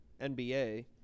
NBA